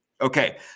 Okay